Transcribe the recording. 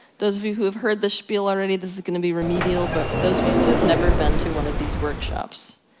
those of you who have heard this shpeel already this is gonna be remedial, but for those of you who have never been to one of these workshops,